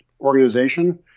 organization